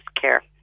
care